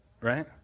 Right